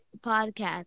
podcast